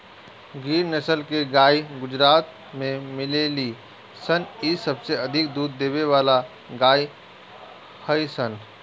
गिर नसल के गाई गुजरात में मिलेली सन इ सबसे अधिक दूध देवे वाला गाई हई सन